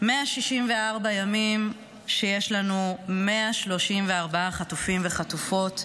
164 ימים שיש לנו 134 חטופים וחטופות,